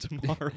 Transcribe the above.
tomorrow